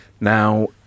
Now